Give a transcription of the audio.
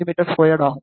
me 2 ஆகும்